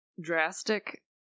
drastic